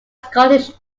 scottish